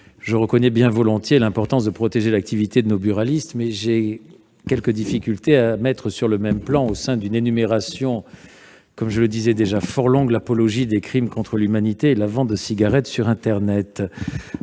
je reconnais bien volontiers l'importance de protéger l'activité de nos buralistes ; mais j'ai quelques difficultés à mettre sur le même plan, au sein d'une énumération, je le répète, déjà fort longue, l'apologie des crimes contre l'humanité et la vente de cigarettes sur internet